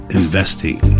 investing